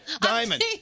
Diamond